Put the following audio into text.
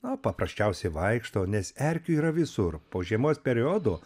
na paprasčiausiai vaikšto nes erkių yra visur po žiemos periodo